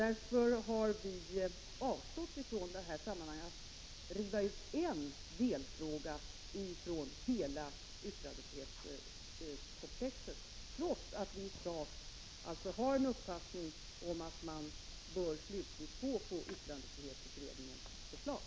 Därför har vi avstått från att i detta sammanhang riva ut en delfråga från hela yttrandefrihetskomplexet, trots att vi alltså i sak har uppfattningen att man slutligen bör biträda yttrandefrihetsutredningens förslag.